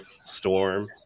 storm